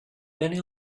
many